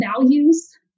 values